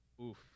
Oof